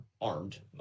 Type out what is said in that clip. armed